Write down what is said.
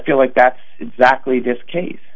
feel like that's exactly this case